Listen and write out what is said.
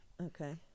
Okay